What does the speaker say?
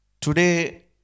Today